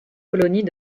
colonies